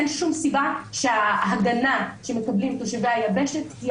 אין שום סיבה שההגנה שמקבלים תושבי היבשת תהיה